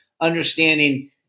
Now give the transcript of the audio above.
understanding